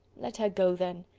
let her go, then.